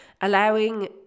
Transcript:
Allowing